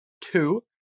Two